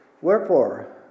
Wherefore